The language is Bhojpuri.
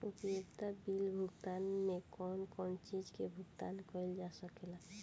उपयोगिता बिल भुगतान में कौन कौन चीज के भुगतान कइल जा सके ला?